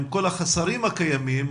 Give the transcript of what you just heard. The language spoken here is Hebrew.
עם כל החסרים הקיימים,